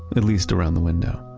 at least around the window?